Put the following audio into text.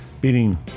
beating